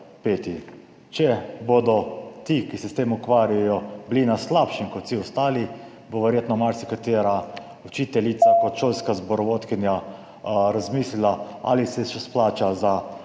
Če bodo ti, ki se s tem ukvarjajo, na slabšem kot vsi ostali, bo verjetno marsikatera učiteljica kot šolska zborovodkinja razmislila, ali se še splača za